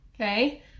okay